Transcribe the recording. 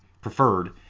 preferred